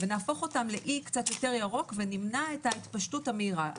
ונהפוך אותם לאי קצת יותר ירוק ונמנע את ההתפשטות המהירה.